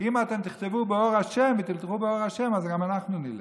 אם אתם תכתבו באור ה' ותלכו באור ה' אז גם אנחנו נלך.